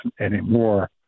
anymore